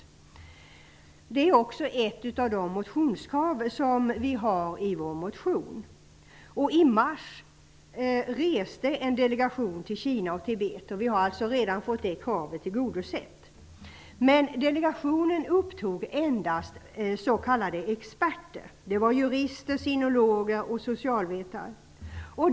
Det är också ett av de krav som vi har i vår motion. I mars reste en delegation till Kina och Tibet. Vi har alltså fått det kravet tillgodosett. Men delegationen upptog endast s.k. experter. Det var jurister, sinologer och socialvetare.